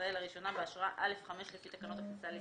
לישראל לראשונה באשרה א/5 לפי תקנות הכניסה לישראל,